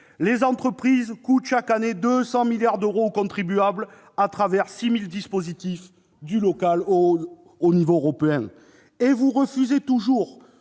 Les entreprises coûtent chaque année 200 milliards d'euros aux contribuables au travers de 6 000 dispositifs, de l'échelon local au niveau européen. Et vous refusez toujours